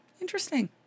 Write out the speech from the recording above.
interesting